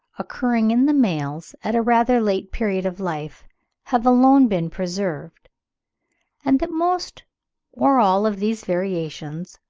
occurring in the males at a rather late period of life have alone been preserved and that most or all of these variations,